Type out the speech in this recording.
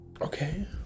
Okay